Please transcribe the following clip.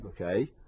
okay